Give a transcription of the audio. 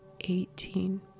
eighteen